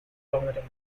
vomiting